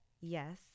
Yes